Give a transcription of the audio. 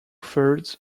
thirds